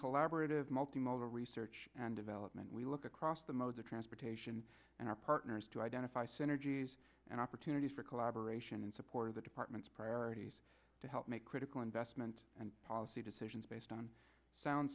collaborative multi modal research and development we look across the modes of transportation and our partners to identify synergies and opportunities for collaboration and support of the departments priorities to help make critical investment and policy decisions based on sound